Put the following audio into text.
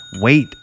Wait